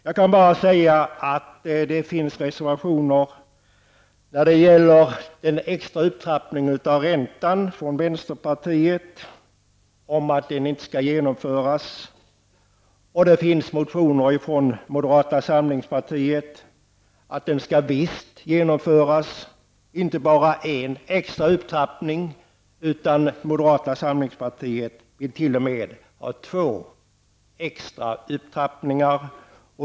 Jag kan bara säga att det finns reservationer som gäller den extra upptrappningen av räntan, från vänsterpartiet om att den inte skall genomföras och från moderata samlingspartiet om att det skall visst genomföras inte bara en extra upptrappning, utan t.o.m. två extra upptrappningar.